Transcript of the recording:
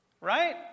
Right